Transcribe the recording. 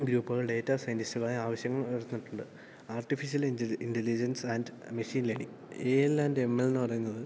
ഗ്രൂപ്പുകൾ ഡേറ്റാ സയൻറ്റിസ്റ്റുകളെ ആവശ്യങ്ങൾ ഉയർന്നിട്ടുണ്ട് artificial intelligence and machine learning A L and M L എന്ന് പറയുന്നത്